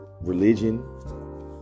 religion